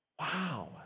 wow